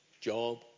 job